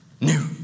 new